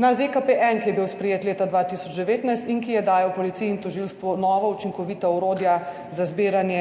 na ZKPN, ki je bil sprejet leta 2019, in ki je dajal policiji in tožilstvu nova učinkovita orodja za zbiranje